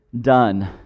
done